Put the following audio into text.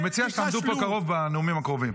אני מציע שתעמדו פה קרוב בנאומים הקרובים.